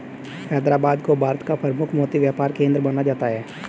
हैदराबाद को भारत का प्रमुख मोती व्यापार केंद्र माना जाता है